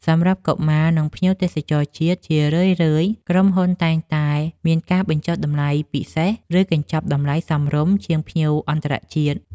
សម្រាប់កុមារ និងភ្ញៀវទេសចរជាតិ ជារឿយៗក្រុមហ៊ុនតែងតែមានការបញ្ចុះតម្លៃពិសេស ឬកញ្ចប់តម្លៃសមរម្យជាងភ្ញៀវអន្តរជាតិ។